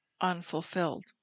unfulfilled